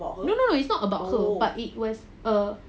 no no no it's not about her but it was uh